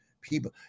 people